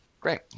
Great